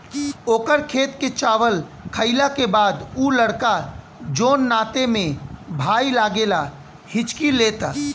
ओकर खेत के चावल खैला के बाद उ लड़का जोन नाते में भाई लागेला हिच्की लेता